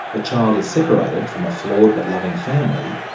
a child is separated from a flawed but loving family,